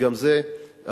וגם זה עבר